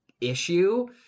issue